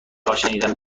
هاشنیدم